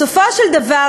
בסופו של דבר,